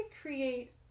create